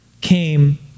came